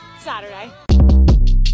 Saturday